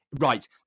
Right